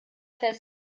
fest